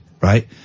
right